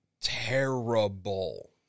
terrible